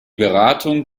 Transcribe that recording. beratung